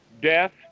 death